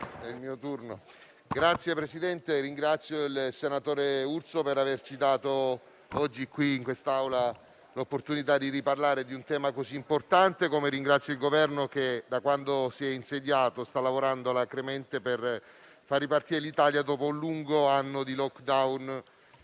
Signor Presidente, ringrazio il senatore Urso per averci dato oggi l'opportunità di riparlare in Aula di un tema così importante, così come ringrazio il Governo, che da quando si è insediato sta lavorando alacremente per far ripartire l'Italia, dopo un lungo anno di *lockdown*